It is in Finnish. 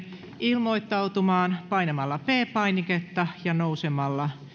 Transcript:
ilmoittautumaan painamalla p painiketta ja nousemalla